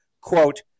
Quote